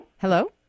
Hello